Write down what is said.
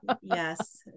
Yes